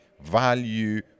value